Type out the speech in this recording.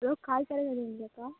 hello காய்கறி கடைங்களாக்கா